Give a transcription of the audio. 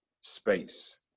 space